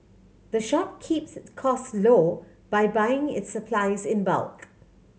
the shop keeps its cost low by buying its supplies in bulk